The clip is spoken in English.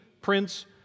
Prince